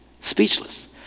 speechless